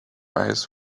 eyes